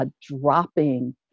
dropping